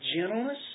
gentleness